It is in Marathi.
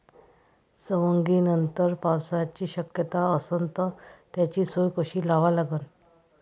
सवंगनीनंतर पावसाची शक्यता असन त त्याची सोय कशी लावा लागन?